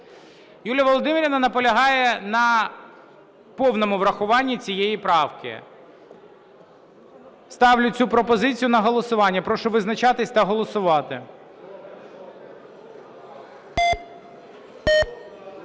Юлія Володимирівна наполягає на повному врахуванні цієї правки. Ставлю цю пропозицію на голосування. Прошу визначатись та голосувати.